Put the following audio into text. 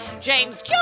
James